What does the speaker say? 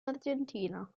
argentina